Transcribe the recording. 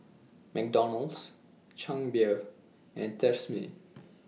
McDonald's Chang Beer and Tresemme